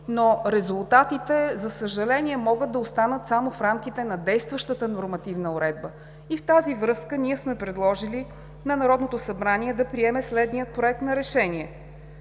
но резултатите, за съжаление, могат да останат само в рамките на действащата нормативна уредба. И в тази връзка ние сме предложили на Народното събрание да приеме следния Проект на решение: